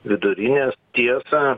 vidurinės tiesa